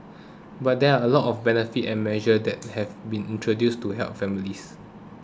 but there are a lot of benefits and measures that have been introduced to help families